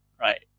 right